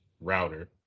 router